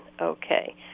Okay